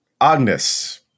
Agnes